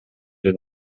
den